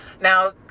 Now